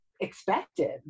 expected